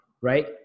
right